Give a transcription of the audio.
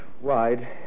wide